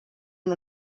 und